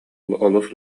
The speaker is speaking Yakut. олус